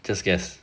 just guess